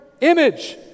Image